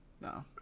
No